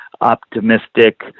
optimistic